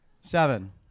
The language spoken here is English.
Seven